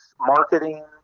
marketing